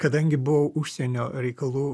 kadangi buvau užsienio reikalų